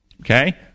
okay